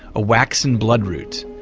a waxen bloodroot,